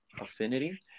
affinity